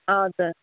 हजुर